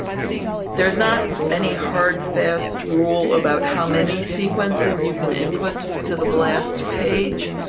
there's not any hard, fast rule about how many sequences you can input to the blast page,